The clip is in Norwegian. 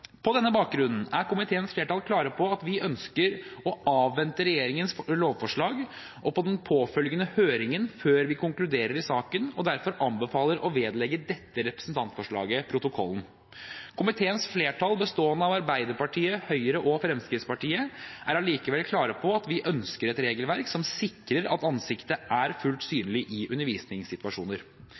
På denne bakgrunnen er komiteens flertall klare på at vi ønsker å avvente regjeringens lovforslag og den påfølgende høringen før vi konkluderer i saken. Derfor anbefaler vi å vedlegge representantforslaget protokollen. Komiteens flertall, bestående av Arbeiderpartiet, Høyre og Fremskrittspartiet, er allikevel klare på at vi ønsker et regelverk som sikrer at ansiktet er fullt synlig i undervisningssituasjoner.